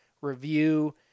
review